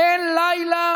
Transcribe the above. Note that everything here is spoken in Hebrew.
אין לילה